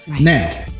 now